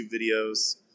videos